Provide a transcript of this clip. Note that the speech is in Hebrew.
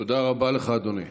תודה רבה לך, אדוני.